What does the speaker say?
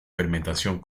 fermentación